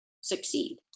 succeed